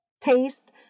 taste